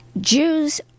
Jews